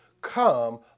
Come